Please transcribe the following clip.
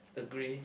agree